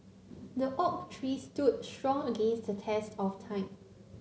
the oak tree stood strong against the test of time